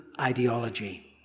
ideology